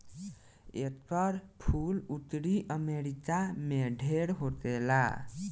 एकर फूल उत्तरी अमेरिका में ढेर होखेला